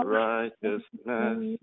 righteousness